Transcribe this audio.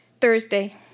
Thursday